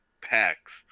packs